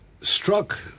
struck